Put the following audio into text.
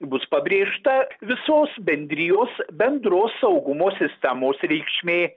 bus pabrėžta visos bendrijos bendros saugumo sistemos reikšmė